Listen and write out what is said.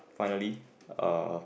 finally uh